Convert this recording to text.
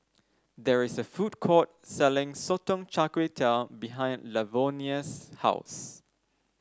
there is a food court selling Sotong Char Kway behind Lavonia's house